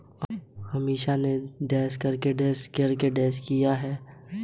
अमीषा ने दो लाख पैसे देकर अपना नया घर खरीदा